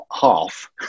half